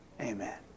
Amen